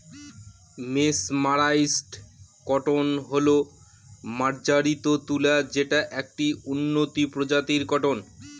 mesmerised cotton হল মার্জারিত তুলা যেটা একটি উন্নত প্রজাতির কটন